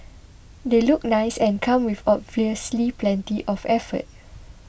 they look nice and come with obviously plenty of effort